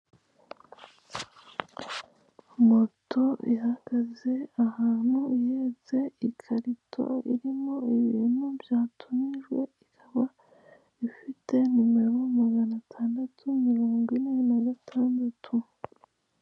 Moto ihagaze ahantu ihetse ikarito irimo ibintu byatumijwe, ikaba ifite nimero magana atandatu mirongo ine na gatandatu.